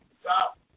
stop